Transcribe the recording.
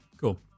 cool